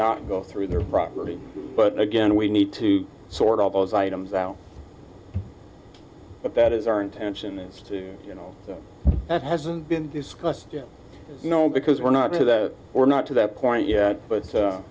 not go through their property but again we need to sort all those items out but that is our intention is to you know that hasn't been discussed you know because we're not into that or not to that point yet but